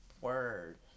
Word